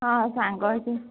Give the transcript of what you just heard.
ହଁ ସାଙ୍ଗ ହେଇକି